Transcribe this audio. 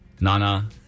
nana